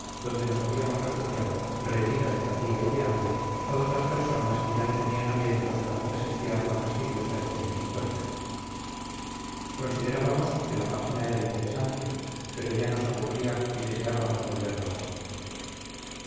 donde nos habíamos refugiado rendidas de fatiga y de hambre todas las personas que ya no tenían alientos para presenciar la fastidiosa escena histórica considerábamos que la página era interesante pero ya nos aburría y deseábamos volver la hoja